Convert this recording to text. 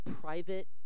private